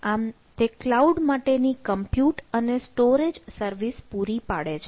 આમ તે કલાઉડ માટે ની કમ્પ્યુટ અને સ્ટોરેજ સર્વિસ પૂરી પાડે છે